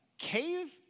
cave